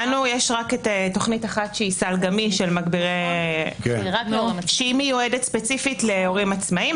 לנו יש רק תוכנית אחת שהיא "סל גמיש" שמיועדת ספציפית להורים עצמאיים,